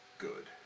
Good